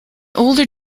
older